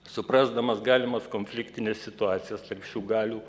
suprasdamas galimas konfliktines situacijas šių galių